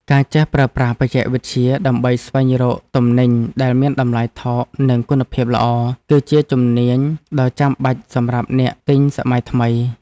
ការចេះប្រើប្រាស់បច្ចេកវិទ្យាដើម្បីស្វែងរកទំនិញដែលមានតម្លៃថោកនិងគុណភាពល្អ គឺជាជំនាញដ៏ចាំបាច់សម្រាប់អ្នកទិញសម័យថ្មី។